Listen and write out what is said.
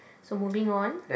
so moving on